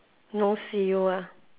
no see you ah